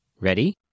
Ready